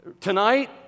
Tonight